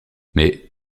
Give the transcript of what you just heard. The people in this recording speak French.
mais